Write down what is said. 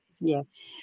yes